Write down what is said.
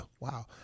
wow